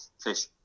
fish